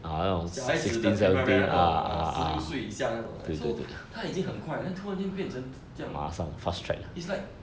小孩子的 prima ra~ 那种 uh 十六岁以下那种的 so 他已经很快 then 突然间变成这样 is like